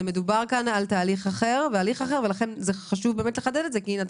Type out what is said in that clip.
מדובר כאן על תהליך אחר ועל הליך אחר ולכן זה חשוב לחדד את זה כי הנה,